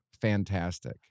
fantastic